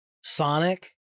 Sonic